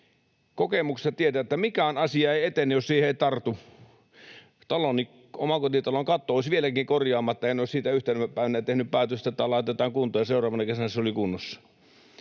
Kokemuksesta tiedän, että mikään asia ei etene, jos siihen ei tartu. Omakotitaloni katto olisi vieläkin korjaamatta, ellen olisi siitä yhtenä päivänä tehnyt päätöstä, että laitetaan kuntoon, ja seuraavana kesänä se oli kunnossa.